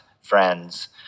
friends